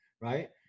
Right